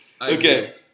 Okay